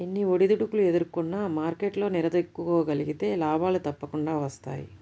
ఎన్ని ఒడిదుడుకులు ఎదుర్కొన్నా మార్కెట్లో నిలదొక్కుకోగలిగితే లాభాలు తప్పకుండా వస్తాయి